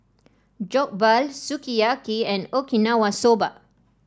Jokbal Sukiyaki and Okinawa Soba